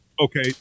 Okay